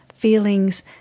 feelings